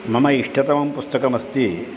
मम इष्टतमं पुस्तकमस्ति